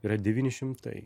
yra devyni šimtai